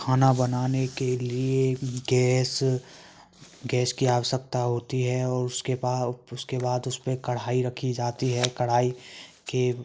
खाना बनाने के लिए गैस गैस की आवश्यकता होती है और उसके पा उसके बाद उस पर कढ़ाई रखी जाती है कढ़ाई के